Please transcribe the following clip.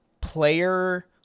player